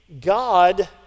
God